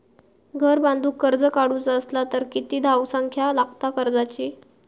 घर बांधूक कर्ज काढूचा असला तर किती धावसंख्या लागता कर्जाची?